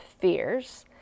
fears